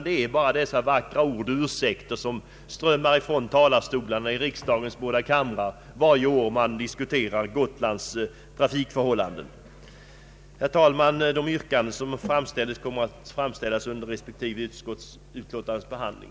Det är bara vackra ord och ursäkter som strömmar från talarstolarna i riksdagens båda kamrar varje år man diskuterar Gotlands trafikförhållanden. Herr talman! Yrkanden kommer att framställas vid respektive utskottsutlåtandens behandling.